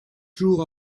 true